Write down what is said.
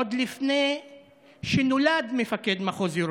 עוד לפני שנולד מפקד מחוז ירושלים,